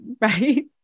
right